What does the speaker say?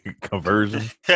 conversion